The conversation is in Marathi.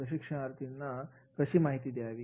प्रशिक्षणार्थीना कशी माहिती द्यावी